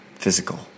physical